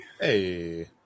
hey